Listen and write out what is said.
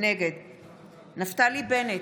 נגד נפתלי בנט,